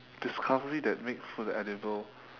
discovery that makes food edible